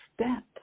step